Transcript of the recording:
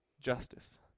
justice